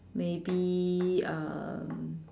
maybe um